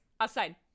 outside